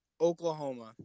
Oklahoma